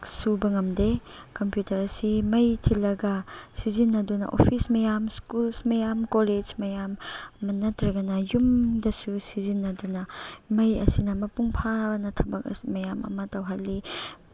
ꯁꯨꯕ ꯉꯝꯗꯦ ꯀꯝꯄ꯭ꯌꯨꯇꯔꯁꯤ ꯃꯩ ꯊꯤꯜꯂꯒ ꯁꯤꯖꯤꯟꯅꯗꯨꯅ ꯑꯣꯐꯤꯁ ꯃꯌꯥꯝ ꯁ꯭ꯀꯨꯜ ꯃꯌꯥꯝ ꯀꯣꯂꯦꯖ ꯃꯌꯥꯝ ꯅꯠꯇ꯭ꯔꯒꯅ ꯌꯨꯝꯗꯁꯨ ꯁꯤꯖꯤꯟꯅꯗꯨꯅ ꯃꯩ ꯑꯁꯤꯅ ꯃꯄꯨꯡ ꯐꯥꯅ ꯊꯕꯛ ꯃꯌꯥꯝ ꯑꯃ ꯇꯧꯍꯜꯂꯤ